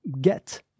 get